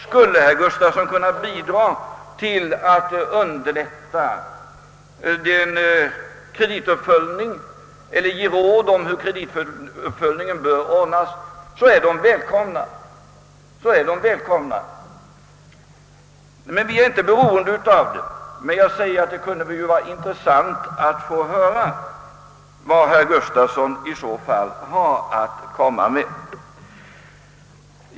Om herr Gustafsson kan ge råd om hur kredituppföljningen bör ordnas, är han välkommen med dessa råd. Vi är inte i och för sig beroende av dem, men det kunde vara intressant att få höra vad herr Gustafsson har att komma med.